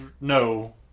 No